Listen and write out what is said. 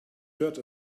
dirt